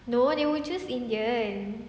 no they will choose indian